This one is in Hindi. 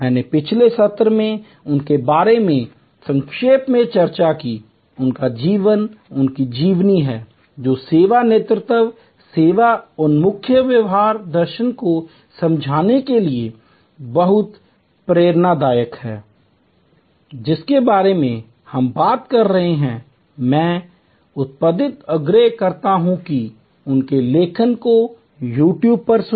मैंने पिछले सत्र में उनके बारे में संक्षेप में चर्चा की उनका जीवन उनकी जीवनी है जो सेवा नेतृत्व सेवा उन्मुख व्यापार दर्शन को समझने के लिए बहुत प्रेरणादायक है जिसके बारे में हम बात कर रहे हैं और मैं अत्यधिक आग्रह करता हूं कि उनके लेखन को YouTube पर सुने